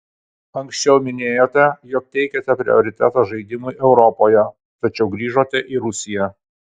anksčiau minėjote jog teikiate prioritetą žaidimui europoje tačiau grįžote į rusiją